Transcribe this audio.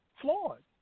flawed